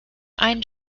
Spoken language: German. einen